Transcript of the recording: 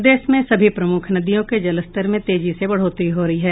प्रदेश में सभी प्रमुख नदियों के जलस्तर में तेजी से बढ़ोतरी हो रही है